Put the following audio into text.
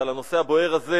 אבל הנושא הבוער הזה,